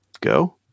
Go